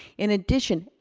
in addition,